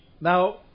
Now